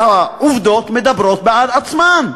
והעובדות מדברות בעד עצמן,